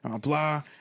blah